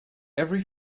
every